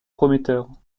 prometteur